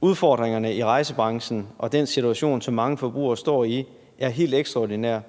Udfordringerne i rejsebranchen og den situation, som mange forbrugere står i, er helt ekstraordinær, og